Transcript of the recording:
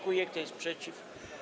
Kto jest przeciw?